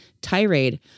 tirade